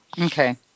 Okay